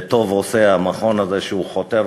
וטוב עושה המכון הזה שהוא חותר,